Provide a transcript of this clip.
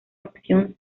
opción